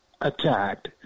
attacked